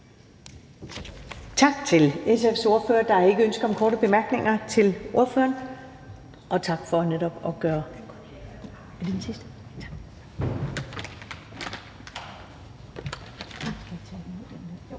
Tak til SF's ordfører. Der er ikke ønske om korte bemærkninger til ordføreren. Den næste ordfører